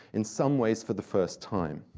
in some ways, for the first time.